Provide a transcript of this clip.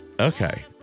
Okay